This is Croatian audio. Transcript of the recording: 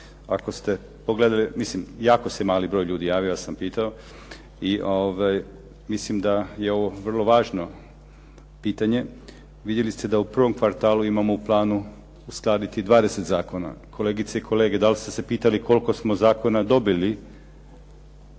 ako ste pogledali, mislim jako se mali broj ljudi javio, ja sam pitao i mislim da je ovo vrlo važno pitanje. Vidjeli ste da u prvom kvartalu imamo u planu uskladiti 20 zakona. Kolegice i kolege, da li ste se pitali koliko smo zakona dobili